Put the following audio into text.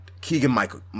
Keegan-Michael